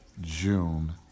June